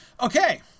Okay